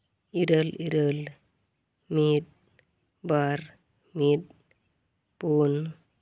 ᱤᱨᱟᱹᱞ ᱤᱨᱟᱹᱞ ᱢᱤᱫ ᱵᱟᱨ ᱢᱤᱫ ᱯᱩᱱ